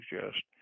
suggest